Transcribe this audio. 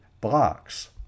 blocks